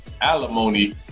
alimony